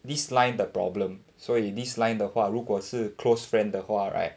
this line the problem 所以 this line 的话如果是 close friend 的话 right